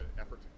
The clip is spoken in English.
effort